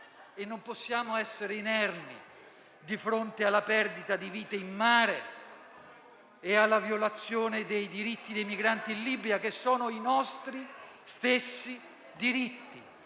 Non possiamo essere inermi di fronte alla perdita di vite in mare e alla violazione dei diritti dei migranti in Libia, che sono i nostri stessi diritti.